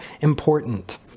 important